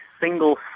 single